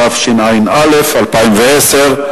התשע"א 2010,